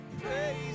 praise